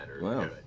wow